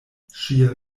ŝia